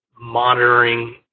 monitoring